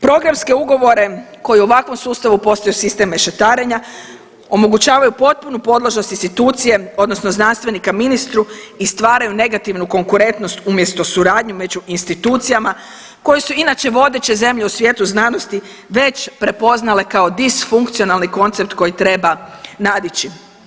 Programske ugovore koji u ovakvom sustavu postaju sistem mešetarenja omogućavaju potpunu podložnost institucije odnosno znanstvenika ministru i stvaraju negativnu konkurentnost umjesto suradnju među institucijama koje su inače vodeće zemlje u svijetu znanosti već prepoznale kao disfunkcionalni koncept koji treba nadići.